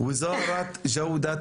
ןןיזארת ג'וודאת